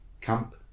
camp